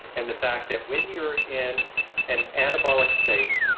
and the fact that when you're in an anabolic state,